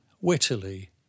wittily